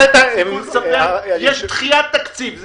יש דחיית תקציב.